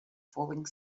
falling